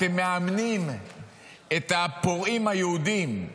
אתם מאמנים את הפורעים היהודים,